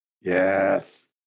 Yes